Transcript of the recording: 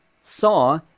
saw